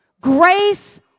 grace